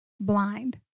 blind